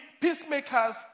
peacemakers